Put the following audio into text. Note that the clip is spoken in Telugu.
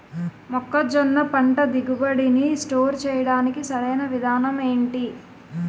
మొక్కజొన్న పంట దిగుబడి నీ స్టోర్ చేయడానికి సరియైన విధానం ఎంటి?